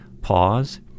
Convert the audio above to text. pause